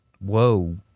Whoa